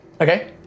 Okay